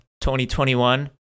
2021